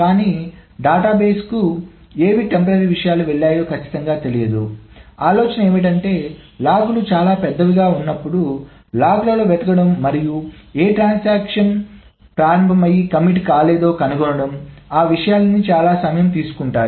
కానీ డేటాబేస్కు ఏ తాత్కాలిక విషయాలు వెళ్ళాయో ఖచ్చితంగా తెలియదు ఆలోచన ఏమిటంటే లాగ్లు చాలా పెద్దవిగా ఉన్నప్పుడు లాగ్లలో వెతకడం మరియు ఏ ట్రాన్సాక్షన్స్ ప్రారంభయ్యి కమిట్ కాలేదో కనుగొనడం ఆ విషయాలన్నీ చాలా సమయం తీసుకుంటాయి